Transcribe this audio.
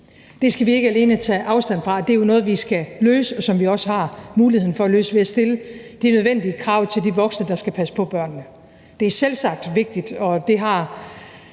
Det skal vi ikke alene tage afstand fra, det er jo noget, vi skal løse, og noget, som vi også har muligheden for at løse ved at stille de nødvendige krav til de voksne, der skal passe på børnene. Det er selvsagt vigtigt, og det har